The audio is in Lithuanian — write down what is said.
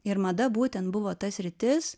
ir mada būtent buvo ta sritis